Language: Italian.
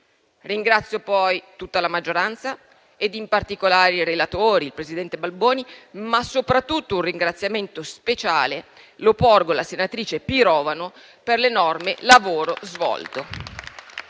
Ringrazio poi tutta la maggioranza e in particolare i relatori, il presidente Balboni, ma soprattutto un ringraziamento speciale lo porgo alla senatrice Pirovano per l'enorme lavoro svolto.